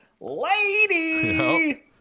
lady